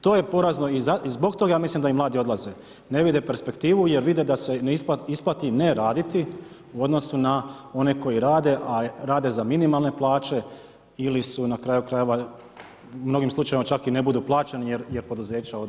To je porazno i zbog toga ja mislim da i mladi odlaze, ne vide perspektivu jer vide da se isplati ne raditi u odnosu na one koji rade, a rade za minimalne plaće ili su na kraju krajeva u mnogim slučajevima čak i ne budu plaćeni jer je poduzeće ode u stečaj.